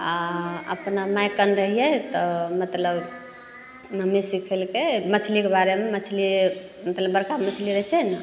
आओर अपना माइ कन रहिए तऽ मतलब मम्मी सिखेलकै मछलीके बारेमे मछली मतलब बड़का मछली रहै छै ने